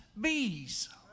bees